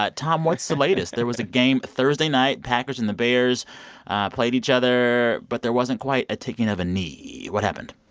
but tom, what's the latest? there was a game thursday night packers and the bears played each other, but there wasn't quite a taking of a knee. what happened?